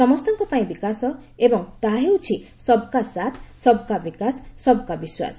ସମସ୍ତଙ୍କ ପାଇଁ ବିକାଶ ଏବଂ ତାହା ହେଉଛି ସବକା ସାଥ୍ ସବକା ବିକାଶ ସବକା ବିଶ୍ୱାସ